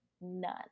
none